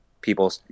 people